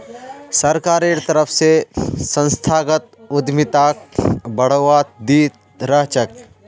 सरकारेर तरफ स संस्थागत उद्यमिताक बढ़ावा दी त रह छेक